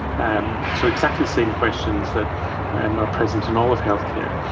and so, exactly the same questions that um are present in all of healthcare.